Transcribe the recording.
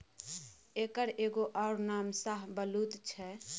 एकर एगो अउर नाम शाहबलुत छै